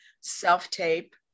self-tape